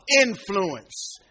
influence